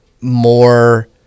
more